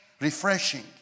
refreshing